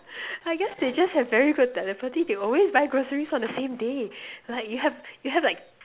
I guess they just have very good telepathy they will always buy groceries on the same day like you have you have like